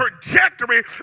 trajectory